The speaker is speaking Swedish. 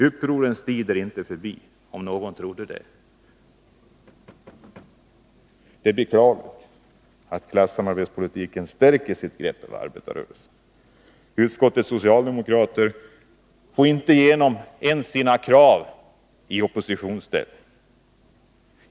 Upprorens tid är inte förbi, om nu någon trodde det.” Det är beklagligt att klassamarbetspolitiken stärker sitt grepp över arbetarrörelsen. Utskottets socialdemokrater får inte igenom sina krav ens i regeringsställning.